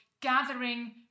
gathering